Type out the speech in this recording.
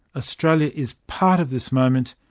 australia is part of this moment,